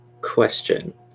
question